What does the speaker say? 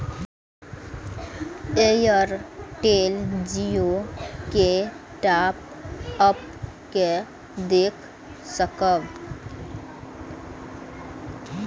Airtel Jio के top up के देख सकब?